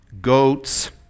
goats